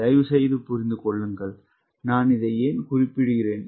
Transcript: தயவுசெய்து புரிந்து கொள்ளுங்கள் நான் இதை ஏன் குறிப்பிடுகிறேன்